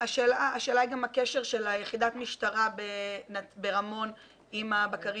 השאלה היא גם הקשר של יחידת המשטרה ברמון עם הבקרים,